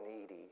needy